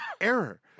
Error